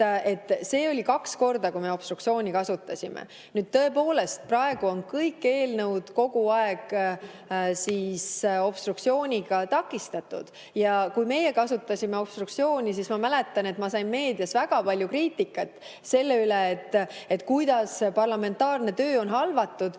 et oli kaks korda, kui me obstruktsiooni kasutasime. Nüüd, tõepoolest, praegu on kõik eelnõud kogu aeg obstruktsiooniga takistatud. Kui meie kasutasime obstruktsiooni, siis ma mäletan, et ma sain meedias väga palju kriitikat selle kohta, kuidas parlamentaarne töö on halvatud.